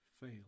fail